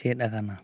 ᱪᱮᱫ ᱟᱠᱟᱱᱟ